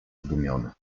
zdumiony